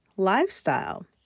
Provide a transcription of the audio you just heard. lifestyle